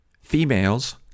females